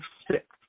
six